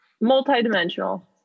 multi-dimensional